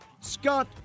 Scott